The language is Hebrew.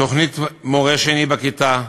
תוכנית מורה שני בכיתה,